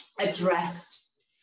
addressed